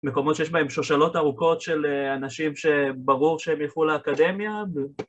מקומות שיש בהן שושלות ארוכות של אנשים שברור שהם ילכו לאקדמיה